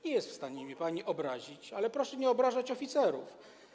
Nie jest w stanie mnie pani obrazić, ale proszę nie obrażać oficerów.